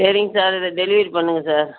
சரிங்க sir delivery பண்ணுங்கள் sir